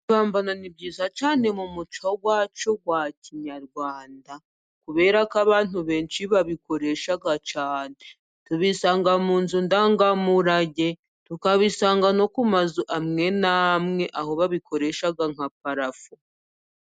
Ibibambano ni byiza cyane mu muco wacu wa kinyarwanda ,kubera ko abantu benshi babikoresha cyane ,tubisanga mu nzu ndangamurage tukabisanga no ku mazu amwe n'amwe aho babikoresha nka parafo.